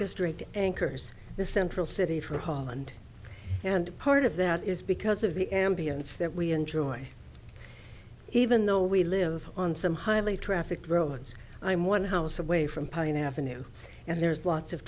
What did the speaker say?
district anchors the central city for holland and part of that is because of the ambiance that we enjoy even though we live on some highly trafficked roads i'm one house away from pine avenue and there's lots of